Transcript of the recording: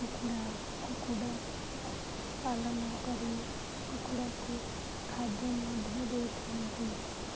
କୁକୁଡ଼ା କୁକୁଡ଼ା ପାଳନ କରି କୁକୁଡ଼ାକୁ ଖାଦ୍ୟ ମଧ୍ୟ ଦେଇଥାନ୍ତି